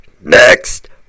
next